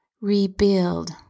rebuild